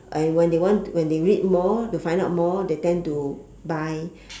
and when they want when they read more to find out more they tend to buy